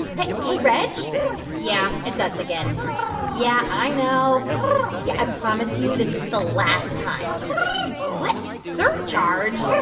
hey, hey, reg yeah it's us again yeah, i know yeah, i promise you, this is the last time what? surcharge?